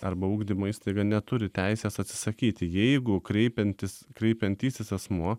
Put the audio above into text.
arba ugdymo įstaiga neturi teisės atsisakyti jeigu kreipiantis kreipiantysis asmuo